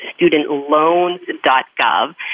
studentloans.gov